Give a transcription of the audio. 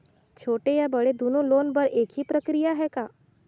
छोटे या बड़े दुनो लोन बर एक ही प्रक्रिया है का?